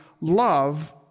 love